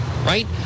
Right